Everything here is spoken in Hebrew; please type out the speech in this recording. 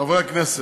חברי הכנסת,